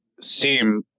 seem